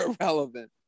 irrelevant